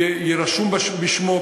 יהיה רשום בשמו,